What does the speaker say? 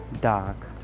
dark